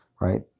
right